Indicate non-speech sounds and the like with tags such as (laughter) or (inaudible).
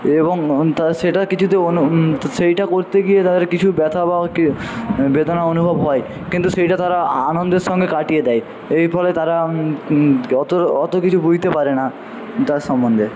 এবং (unintelligible) তার সেটা কিছুতে অনু তো সেইটা করতে গিয়ে তাদের কিছু ব্যথা বা কে বেদনা অনুভব হয় কিন্তু সেইটা তারা আ আনন্দের সঙ্গে কাটিয়ে দেয় এর ফলে তারা অত অত কিছু বুঝতে পারে না তার সম্বন্ধে